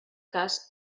cas